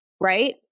right